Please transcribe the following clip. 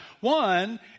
One